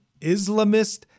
Islamist